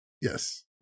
yes